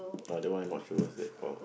oh the one I'm not sure what's that called